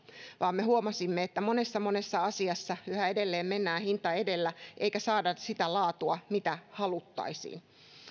vaan me huomasimme että monessa monessa asiassa yhä edelleen mennään hinta edellä eikä saada sitä laatua mitä haluttaisiin